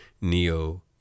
Neo